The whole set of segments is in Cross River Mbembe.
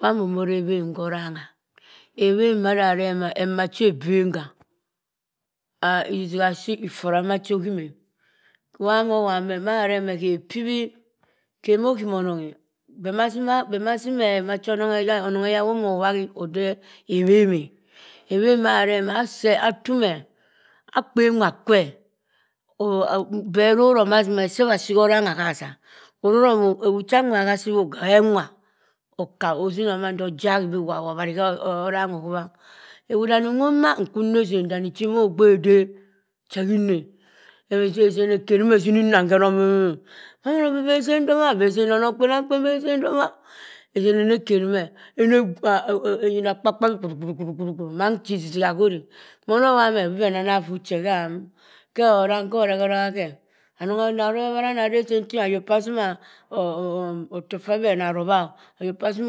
Waa momo ore ebhem khorangha. Ebhem mada areh moh emma che ebeng gha. ith. isisiha seh iffora macha okhim. Waa mo bhang bii mada areh ma e khe opibhii hemoo khima onong eh. Beh ma simeh macha onong ayah womo bhabi ebhem e. Ebhem mada areh ma e, akpe, da tumeh, akpen nwa kweh, beh roroh maa except asii horangha azah. Ororoh maa egwu cha angwah hasiwop hengwah. Akka osimo mando ojahi bii waa obhari horangha ohuwa. ewudani nwop maa nkwu nne ezen dani eha mogbe de che hinne e. Ezen ekeri moh ezini nnam be hum mamana aboh beh bongha ezen doma o bongha ezen doma o? Ezen ene kerima eyin akpa kpa bii wururu mann che isisiha hore e. Mono bhangha bii beh nah affuh che ham arangha eragha eragha khe. Anog anah rob ebharr anareh ezen tingha ayok paa tima otok pha beh na robha o, ayok pah azim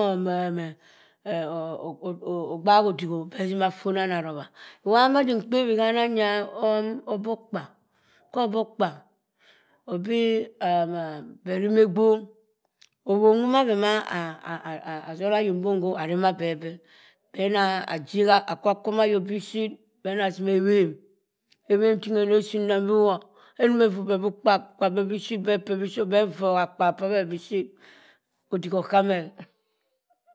ogbahodik o beh zima afona na robha. Waa madi mkpebhi hana obokpa. kho obokpa obi beh rima agbong. Ewon nwoma bema ama sora ayok bong beh rima beh aboh. beh naa jegha akwa quoma ayok biship benaa zima ebhem. Ebhem tingha ene sii innam biwa. Eninsa effu beh bii kparr kparr efu beh bishit beh peh bishit beh voha akparr p'abeh bishit odikk oghah meh e.